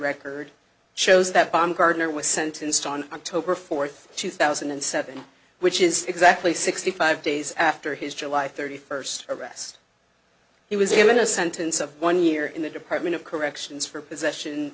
record shows that baumgardner was sentenced on october fourth two thousand and seven which is exactly sixty five days after his july thirty first arrest he was even a sentence of one year in the department of corrections for possession